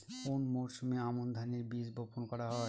কোন মরশুমে আমন ধানের বীজ বপন করা হয়?